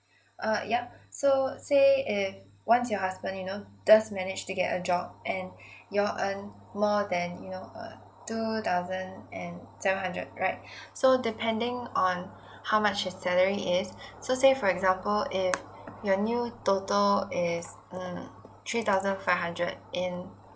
uh yup so say if once your husband you know does manage to get a job and y'all earn more than you know uh two thousand and seven hundred right so depending on how much your salary is so say for example if your new total is mm three thousand five hundred and